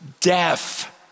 deaf